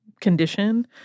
condition